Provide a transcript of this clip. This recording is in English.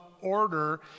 order